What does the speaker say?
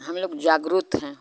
हम लोग जागरुक हैं